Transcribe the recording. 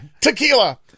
tequila